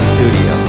Studio